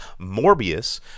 Morbius